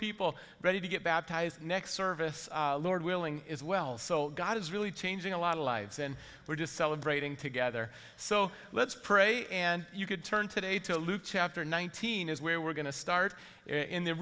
people ready to get baptized next service lord willing as well so god is really changing a lot of lives and we're just celebrating together so let's pray and you could turn today to luke chapter nineteen is where we're going to start in the